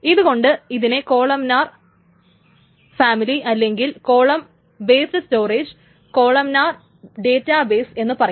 ഇതു കൊണ്ട് ഇതിനെ കോളംനാർ ഫാമിലി അല്ലെങ്കിൽ column based storage columnar data base എന്ന് പറയും